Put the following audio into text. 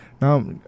Now